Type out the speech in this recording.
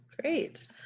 Great